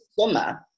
summer